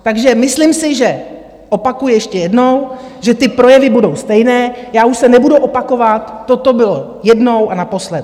Takže myslím si, že opakuji ještě jednou že ty projevy budou stejné, já už se nebudu opakovat, toto bylo jednou a naposled.